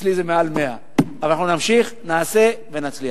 אצלי זה מעל 100. אנחנו נמשיך, נעשה ונצליח.